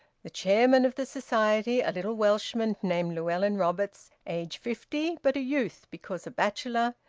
the chairman of the society, a little welshman named llewelyn roberts, aged fifty, but a youth because a bachelor,